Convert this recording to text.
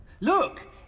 look